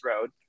road